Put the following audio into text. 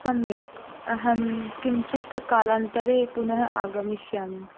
सम्यक् अहं किञ्चित् कालान्तरे पुनः आगमिष्यामि